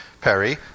Perry